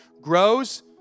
grows